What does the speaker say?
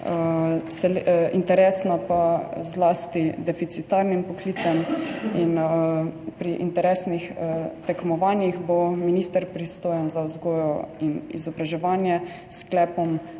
interesna pa zlasti deficitarnim poklicem. Pri interesnih tekmovanjih bo minister, pristojen za vzgojo in izobraževanje, s sklepom